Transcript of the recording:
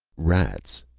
rats,